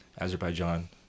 Azerbaijan